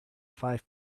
five